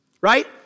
right